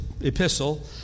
epistle